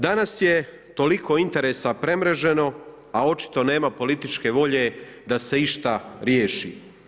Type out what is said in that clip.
Danas je toliko interesa premreženo a očito nema političke volje da se išta riješi.